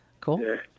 cool